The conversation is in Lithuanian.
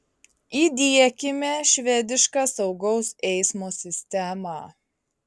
įdiekime švedišką saugaus eismo sistemą